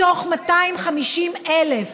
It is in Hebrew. מתוך 250,000,